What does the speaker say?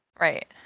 Right